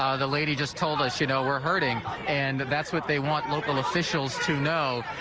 um the lady just told us you know we're hurting and that's what they want local officials to know.